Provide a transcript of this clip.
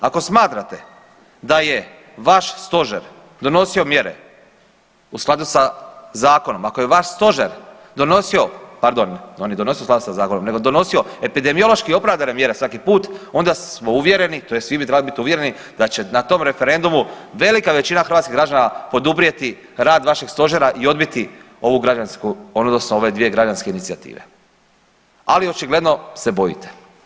Ako smatrate da je vaš stožer donosio mjere u skladu sa zakonom, ako je vaš stožer donosio, pardon, on je donosio u skladu sa zakonom nego donosio epidemiološki opravdane mjere svaki put onda smo uvjereni tj. svi bi trebali bit uvjereni da će na tom referendumu velika većina hrvatskih građana poduprijeti rad vašeg stožera i odbiti ovu građansku odnosno ove dvije građanske inicijative, ali očigledno se bojite.